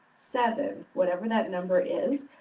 seven, whatever that number is.